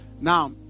now